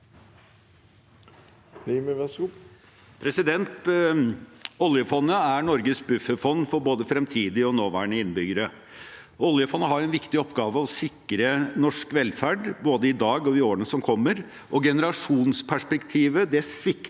Oljefondet er Norges bufferfond for både fremtidige og nåværende innbyggere. Oljefondet har en viktig oppgave i å sikre norsk velferd, både i dag og i årene som kommer, og generasjonsperspektivet sviktes